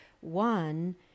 one